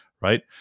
right